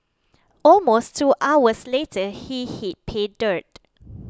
almost two hours later he hit pay dirt